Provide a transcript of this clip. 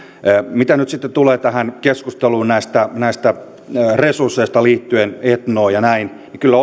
mitä nyt sitten tulee tähän keskusteluun näistä näistä resursseista liittyen etnoon ja niin edelleen kyllä